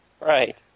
Right